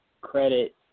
credit